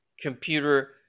Computer